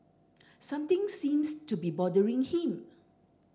something seems to be bothering him